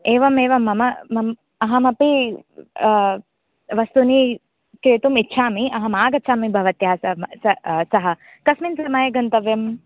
एवम् एवं मम मम अहमपि वस्तूनि क्रेतुम् इच्छामि अहम् आगच्छामि भवत्या सह सह कस्मिन् समये गन्तव्यम्